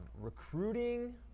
recruiting